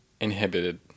inhibited